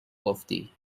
گفتی